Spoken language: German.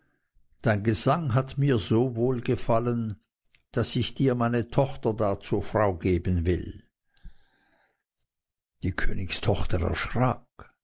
dein gesang hat mir so wohl gefallen daß ich dir meine tochter da zur frau geben will die königstochter erschrak